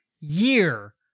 year